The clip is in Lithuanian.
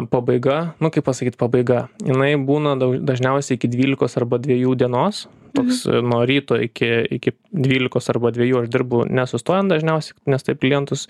pabaiga nu kaip pasakyt pabaiga jinai būna daug dažniausiai iki dvylikos arba dviejų dienos toks nuo ryto iki iki dvylikos arba dviejų aš dirbu nesustojant dažniausiai nes taip klientus